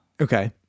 Okay